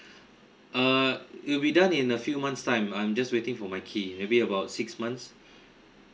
uh it will be done in a few months time I'm just waiting for my key maybe about six months